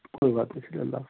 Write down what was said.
کوئی بات نہیں چلیے اللہ حافظ